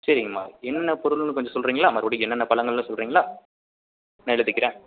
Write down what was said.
சரிங்கம்மா என்னென்ன பொருள்னு கொஞ்சம் சொல்கிறிங்களா மறுபடியும் என்னென்ன பழங்கள்னு சொல்கிறிங்களா நான் எழுதிக்கிறேன்